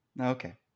Okay